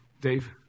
Dave